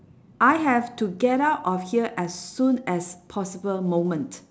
I have to get out of here as soon as possible moment